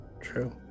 True